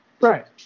right